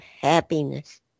happiness